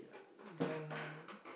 then